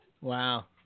Wow